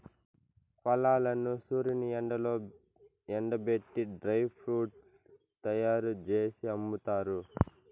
ఫలాలను సూర్యుని ఎండలో ఎండబెట్టి డ్రై ఫ్రూట్స్ తయ్యారు జేసి అమ్ముతారు